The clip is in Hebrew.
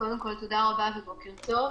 קודם כול, תודה רבה ובוקר טוב.